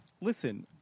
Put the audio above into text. Listen